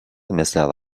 مثل